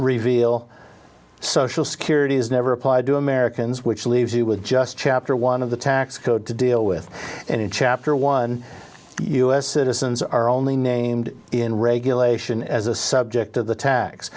reveal social security is never applied to americans which leaves you with just chapter one of the tax code to deal with and in chapter one u s citizens are only named in regulation as a subject of the tax